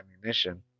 ammunition